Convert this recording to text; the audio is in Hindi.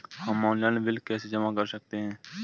हम ऑनलाइन बिल कैसे जमा कर सकते हैं?